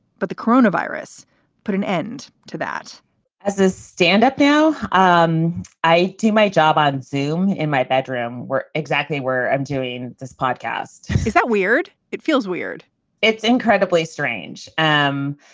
but the coronavirus put an end to that as a stand up now um i do my job ah and zoom in my bedroom where exactly where i'm doing this podcast is that weird? it feels weird it's incredibly strange. the um